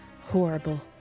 horrible